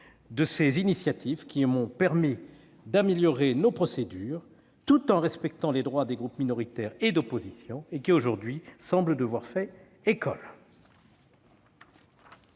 de ses initiatives qui ont permis d'améliorer nos procédures, tout en respectant les droits des groupes minoritaires et d'opposition, initiatives qui aujourd'hui semblent devoir faire école.